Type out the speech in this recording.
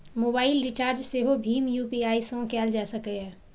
mobile recharge सेहो भीम UPI सं कैल जा सकैए